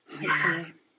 yes